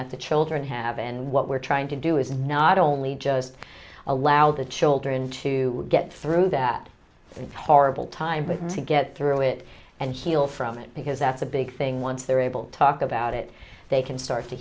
that the children have and what we're trying to do is not only just allow the children to get through that and horrible time but to get through it and heal from it because that's a big thing once they're able to talk about it they can start to